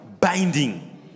binding